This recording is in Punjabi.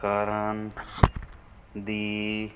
ਕਰਨ ਦੀ